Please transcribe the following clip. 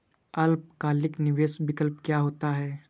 अल्पकालिक निवेश विकल्प क्या होता है?